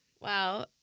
Wow